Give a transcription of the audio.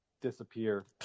disappear